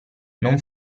non